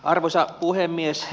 arvoisa puhemies